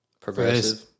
progressive